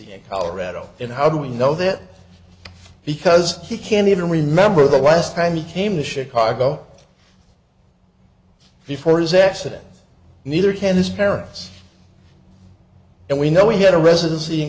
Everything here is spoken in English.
in colorado in how do we know that because he can't even remember the last time he came to chicago before his accident neither can his parents and we know we had a residency in